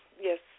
yes